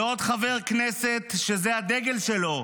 ועוד חבר כנסת שזה הדגל שלו,